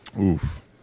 Oof